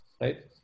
Right